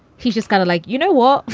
he just kind of like, you know what,